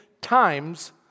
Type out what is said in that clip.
times